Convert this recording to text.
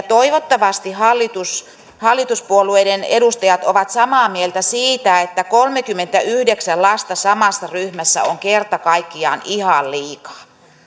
toivottavasti hallituspuolueiden edustajat ovat samaa mieltä siitä että kolmekymmentäyhdeksän lasta samassa ryhmässä on kerta kaikkiaan ihan liikaa